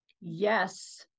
Yes